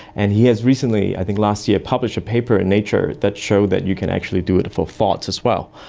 and he has recently i think last year published a paper in nature that showed that you can actually do it for thoughts as well.